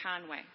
Conway